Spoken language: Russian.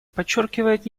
подчеркивает